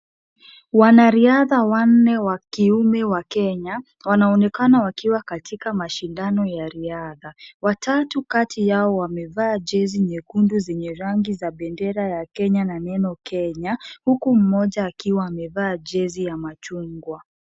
Wanariadha wanne wa kiume wa Kenya wanaonekana wakiwa katika mashindano ya riadha. Watatu kati yao wamevaa jezi nyekundu zenye rangi za bendera ya Kenya na neno Kenya huku mmoja akiwa amevaa jezi ya machungwa.